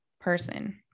person